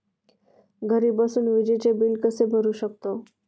घरी बसून विजेचे बिल कसे भरू शकतो?